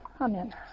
amen